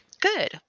Good